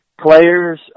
players